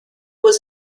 was